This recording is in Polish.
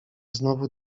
znowu